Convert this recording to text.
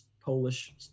Polish